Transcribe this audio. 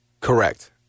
Correct